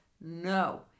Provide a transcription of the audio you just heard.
no